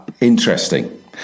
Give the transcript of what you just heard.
interesting